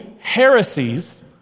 heresies